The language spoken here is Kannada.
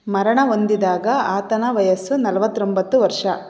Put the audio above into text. ಮರಣ ಹೊಂದಿದಾಗ ಆತನ ವಯಸ್ಸು ನಲ್ವತ್ತೊಂಬತ್ತು ವರ್ಷ